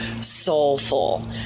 soulful